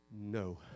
No